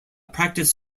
practice